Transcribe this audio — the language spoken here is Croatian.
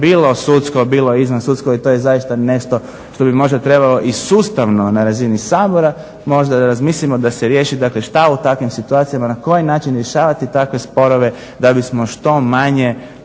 bilo sudsko, bilo izvansudsko i to je zaista nešto što bi možda trebalo i sustavno na razini Sabora da razmislimo da se riješi šta u takvim situacijama, na koji način rješavati takve sporove da bismo što manje